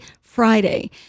Friday